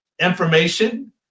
information